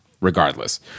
regardless